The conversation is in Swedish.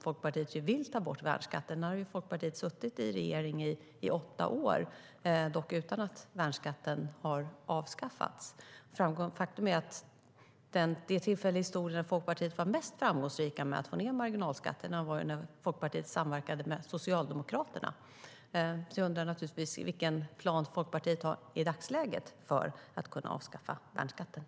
Folkpartiet vill ju ta bort värnskatten.